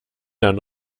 dann